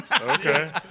Okay